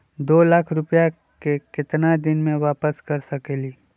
दो लाख रुपया के केतना दिन में वापस कर सकेली?